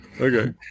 Okay